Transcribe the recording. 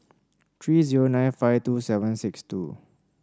three zero nine five two seven six two